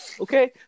Okay